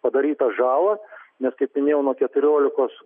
padarytą žalą nes kaip minėjau nuo keturiolikos